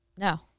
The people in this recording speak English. No